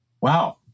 Wow